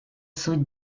суть